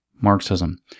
Marxism